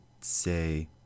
say